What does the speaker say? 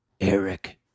eric